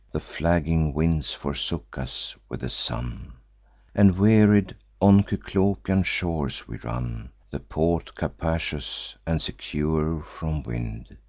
the flagging winds forsook us, with the sun and, wearied, on cyclopian shores we run. the port capacious, and secure from wind,